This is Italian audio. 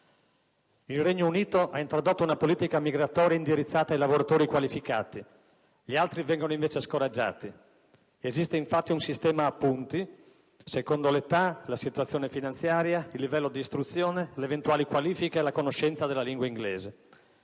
Il Regno Unito ha introdotto una politica migratoria indirizzata ai lavoratori qualificati. Gli altri vengono invece scoraggiati. Esiste infatti un sistema a punti: secondo l'età, la situazione finanziaria, il livello di istruzione, le eventuali qualifiche e la conoscenza della lingua inglese.